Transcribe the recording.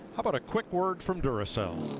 how about a quick word from durso?